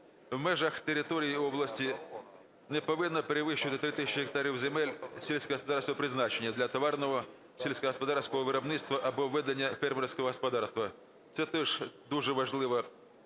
"В межах території області… не повинна перевищувати 3000 гектарів земель сільськогосподарського призначення для товарного сільськогосподарського виробництва або ведення фермерського господарства". Це теж дуже важлива